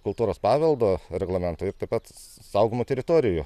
kultūros paveldo reglamentai ir taip pat saugomų teritorijų